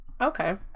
Okay